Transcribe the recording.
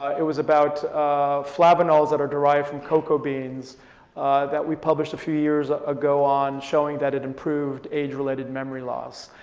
it was about flavanols that are derived from cocoa beans that we published a few years ago on showing that it improved age-related memory loss.